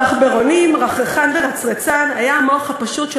לעכברונים רחרחן ורצרצן היה המוח הפשוט של